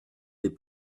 les